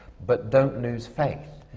but don't lose faith.